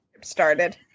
started